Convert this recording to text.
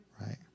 right